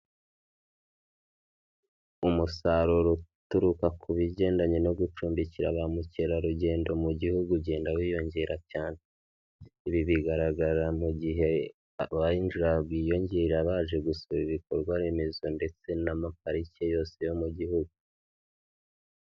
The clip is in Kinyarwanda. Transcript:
Umusaruro uturuka ku bigendanye no gucumbikira ba mukerarugendo mu gihugu ugenda wiyongera cyane. Ibi bigaragara mu gihe abinjira biyongera baje gusura ibikorwa remezo ndetse n'amapariki yose yo mu gihugu.